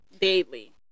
daily